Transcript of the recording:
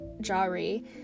Jari